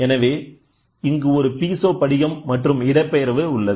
எனவே இங்கு ஒரு பீசோ படிகம் மற்றும் இடப்பெயர்வு உள்ளது